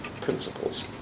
principles